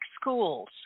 schools